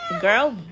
Girl